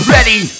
Ready